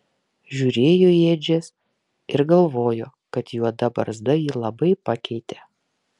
žiūrėjo į ėdžias ir galvojo kad juoda barzda jį labai pakeitė